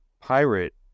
pirate